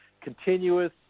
continuous